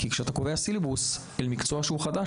כי כשאתה קובע סיליבוס למקצוע שהוא חדש,